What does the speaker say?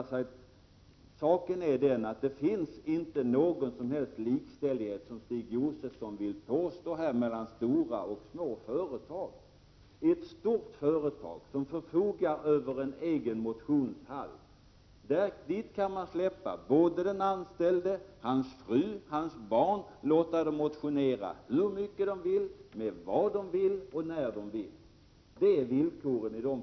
Saken är den att det inte finns någon som helst likställighet, som Stig Josefson vill påstå, mellan stora och små företag. Ett stort företag, som förfogar över en egen motionshall, kan där släppa in den anställde, hans fru och hans barn och låta dem motionera hur mycket de vill, med vad de vill och när de vill.